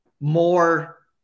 more